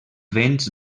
vents